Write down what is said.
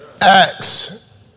Acts